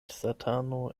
satano